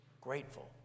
grateful